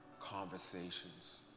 conversations